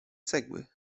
cegły